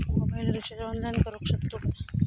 Mobile recharge online करुक शकतू काय?